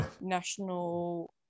National